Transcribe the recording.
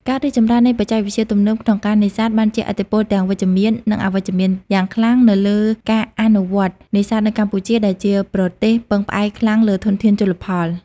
ការរីកចម្រើននៃបច្ចេកវិទ្យាទំនើបក្នុងការនេសាទបានជះឥទ្ធិពលទាំងវិជ្ជមាន និងអវិជ្ជមានយ៉ាងខ្លាំងទៅលើការអនុវត្តន៍នេសាទនៅកម្ពុជា ដែលជាប្រទេសពឹងផ្អែកខ្លាំងលើធនធានជលផល។